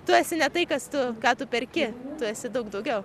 tu esi ne tai kas tu ką tu perki tu esi daug daugiau